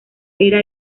era